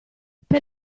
per